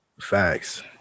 Facts